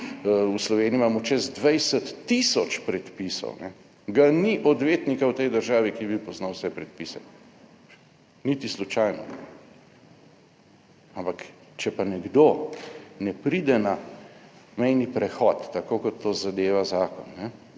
v Sloveniji imamo čez 20 tisoč predpisov, ga ni odvetnika v tej državi, ki bi poznal vse predpise, niti slučajno ne. Ampak če pa nekdo ne pride na mejni prehod, tako kot to zadeva zakon,